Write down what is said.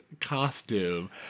costume